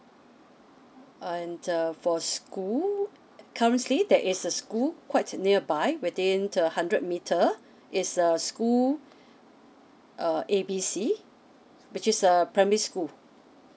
and uh for school currently there is a school quite nearby within uh hundred meter it's a school uh a b c which is a primary school